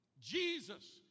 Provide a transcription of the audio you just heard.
Jesus